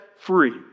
free